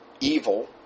evil